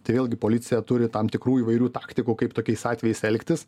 tai vėlgi policija turi tam tikrų įvairių taktikų kaip tokiais atvejais elgtis